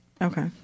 Okay